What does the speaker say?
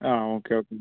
ആ okay okay